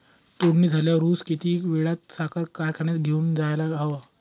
तोडणी झाल्यावर ऊस किती वेळात साखर कारखान्यात घेऊन जायला हवा?